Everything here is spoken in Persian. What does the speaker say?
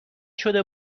شده